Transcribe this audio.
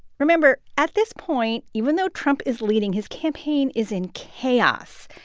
remember, at this point, even though trump is leading, his campaign is in chaos.